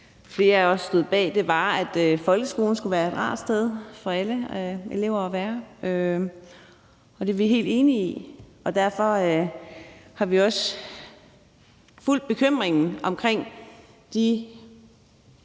flere af os stod bag, var, at folkeskolen skal være et rart sted for alle elever at være. Det er vi helt enige i, og derfor har vi også fulgt bekymrede med i de